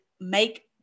make